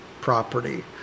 property